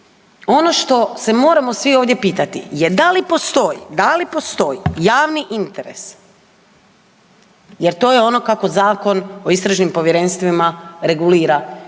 ono što se moramo svi ovdje pitati je da li postoji, da li postoji javni interes jer to je ono kako Zakon o istražnim povjerenstvima regulira pitanje